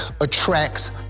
attracts